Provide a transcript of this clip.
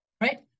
right